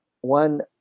one